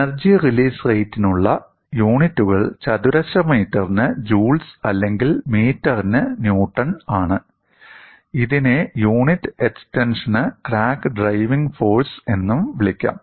energy release റേറ്റിനുള്ള യൂണിറ്റുകൾ ചതുരശ്ര മീറ്ററിന് ജൂൾസ് അല്ലെങ്കിൽ മീറ്ററിന് ന്യൂട്ടൺ ആണ് ഇതിനെ യൂണിറ്റ് എക്സ്റ്റൻഷന് ക്രാക്ക് ഡ്രൈവിംഗ് ഫോഴ്സ് എന്നും വിളിക്കാം